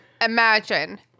Imagine